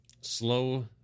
Slow